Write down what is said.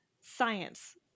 science